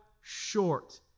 short